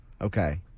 Okay